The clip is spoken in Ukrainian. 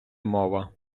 мова